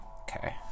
Okay